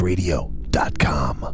Radio.com